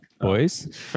boys